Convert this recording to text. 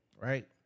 right